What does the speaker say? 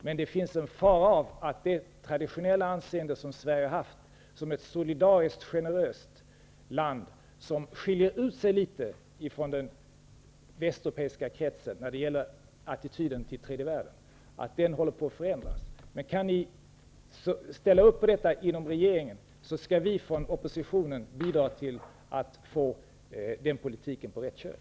Men det finns en fara för att det traditionellt goda anseende som Sverige haft som ett solidariskt, generöst land som skiljer ut sig litet från den västeuropeiska kretsen när det gäller attityden till tredje världen håller på att förändras. Kan ni ställa upp bakom detta inom regeringen så skall vi från oppositionen bidra till att få politiken på rätt köl.